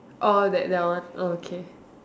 orh that that one oh okay